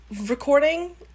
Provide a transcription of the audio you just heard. recording